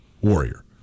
warrior